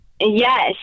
Yes